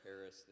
Paris